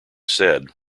said